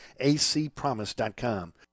ACPromise.com